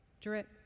Drip